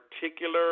particular